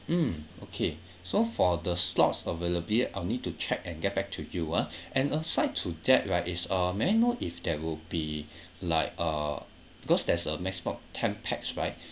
mm okay so for the slots availability I'll need to check and get back to you ah and aside to that right is uh may I know if there will be like uh because there's a maximum of ten pax right